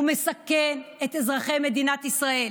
הוא מסכן את אזרחי מדינת ישראל.